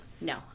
No